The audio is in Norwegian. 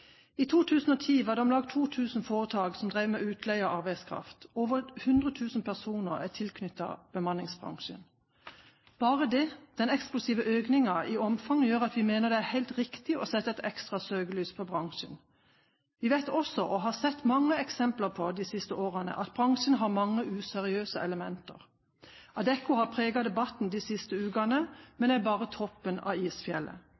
I 2010 var det om lag 2 000 foretak som drev med utleie av arbeidskraft. Over 100 000 personer er tilknyttet bemanningsbransjen. Bare det – denne eksplosive økningen i omfanget – gjør at vi mener det er helt riktig å sette et ekstra søkelys på bransjen. Vi vet også, og har sett mange eksempler på det de siste årene, at bransjen har mange useriøse elementer. Adecco har preget debatten de siste ukene, men er bare toppen av isfjellet.